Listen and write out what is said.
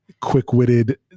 quick-witted